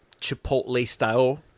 Chipotle-style